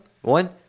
one